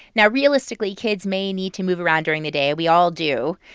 now, realistically, kids may need to move around during the day. we all do.